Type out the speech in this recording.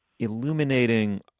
illuminating